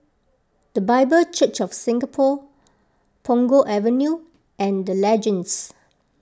the Bible Church of Singapore Punggol Avenue and the Legends